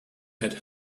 had